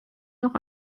noch